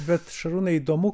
bet šarūnai įdomu